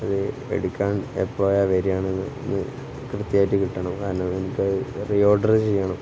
അത് എടുക്കാൻ എപ്പോഴാണ് വരുന്നത് എന്ന് കൃത്യമായിട്ട് കിട്ടണം കാരണം നമുക്കത് റീഓർഡറ് ചെയ്യണം